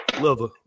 Lover